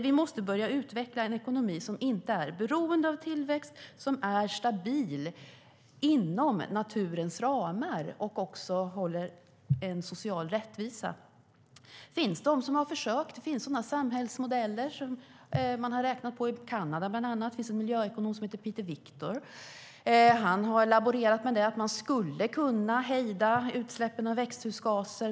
Vi måste börja utveckla en ekonomi som inte är beroende av tillväxt, som är stabil inom naturens ramar och som håller en social rättvisa. Det finns de som har försökt. Det finns sådana här samhällsmodeller som man har räknat på, bland annat i Kanada. Där finns en miljöekonom som heter Peter Victor. Han har laborerat med detta och sagt att man skulle kunna hejda utsläppen av växthusgaser.